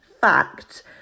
fact